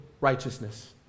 righteousness